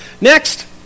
Next